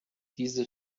diese